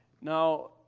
Now